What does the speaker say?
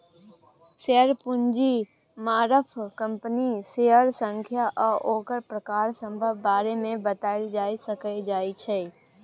share पूंजीक मारफत कंपनीक शेयरक संख्या आ ओकर प्रकार सभक बारे मे बताएल जाए सकइ जाइ छै